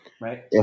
right